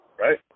right